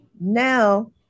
now